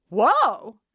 whoa